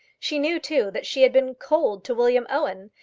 she knew, too, that she had been cold to william owen,